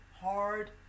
hard